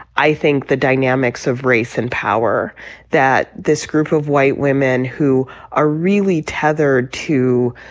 i think the dynamics of race and power that this group of white women who are really tethered to